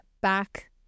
back